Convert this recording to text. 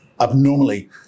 abnormally